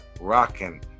rocking